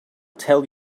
tell